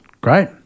Great